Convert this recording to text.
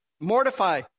mortify